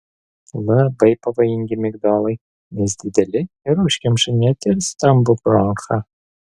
labai pavojingi migdolai nes dideli ir užkemša net ir stambų bronchą